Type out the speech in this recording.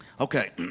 Okay